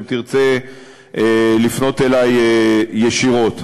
אם תרצה לפנות אלי ישירות.